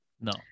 No